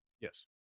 Yes